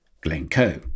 Glencoe